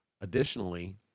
Additionally